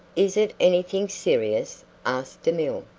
is it anything serious? asked demille.